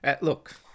Look